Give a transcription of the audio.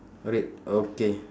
red okay